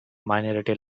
minority